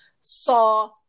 saw